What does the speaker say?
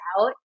out